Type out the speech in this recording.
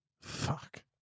Fuck